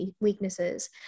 weaknesses